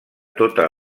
tota